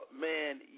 Man